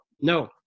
no